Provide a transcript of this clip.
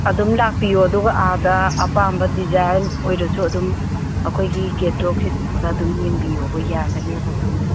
ꯑꯗꯨꯝ ꯂꯥꯛꯄꯤꯌꯣ ꯑꯗꯨꯒ ꯑꯥꯗ ꯑꯄꯝꯕ ꯗꯤꯖꯥꯏꯟ ꯑꯣꯏꯔꯁꯨ ꯑꯗꯨꯝ ꯑꯩꯈꯣꯏꯒꯤ ꯀꯦꯇꯂꯣꯛꯁꯦ ꯑꯗꯨꯝ ꯌꯦꯡꯕꯤꯌꯣꯕ ꯌꯥꯒꯅꯦꯕ ꯑꯗꯨꯒꯤꯗꯤ